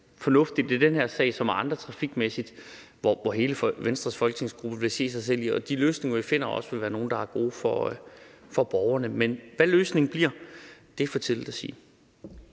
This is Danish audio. fornuftigt i den her sag som i andre sager, og at hele Venstres folketingsgruppe vil kunne se sig selv i det, og at de løsninger, vi finder, også vil være nogle, der er gode for borgerne. Men hvad løsningen bliver, er for tidligt at sige.